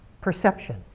perception